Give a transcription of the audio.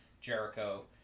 Jericho